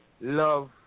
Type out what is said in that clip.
love